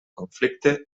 conflicte